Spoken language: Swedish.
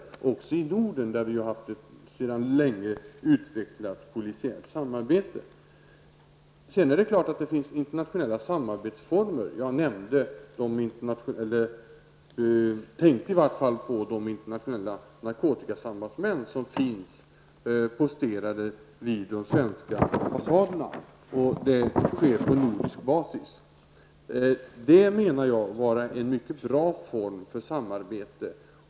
Detta gäller också inom Norden, där vi sedan länge har haft ett utvecklat polisiärt samarbete. Det är klart att det finns ett internationellt samarbete. Jag avser då de internationella narkotikasambandsmän som finns posterade vid de svenska ambassaderna. Detta samarbete sker på nordisk basis. Jag anser att det är en mycket bra form för samarbete.